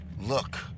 look